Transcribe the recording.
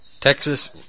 Texas